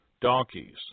donkeys